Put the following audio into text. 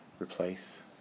replace